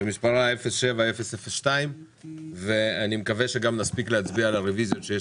שמספרה 07-002. ואני מקווה שגם נספיק להצביע על הרוויזיות שיש